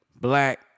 black